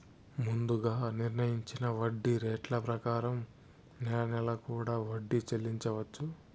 ముందుగా నిర్ణయించిన వడ్డీ రేట్ల ప్రకారం నెల నెలా కూడా వడ్డీ చెల్లించవచ్చు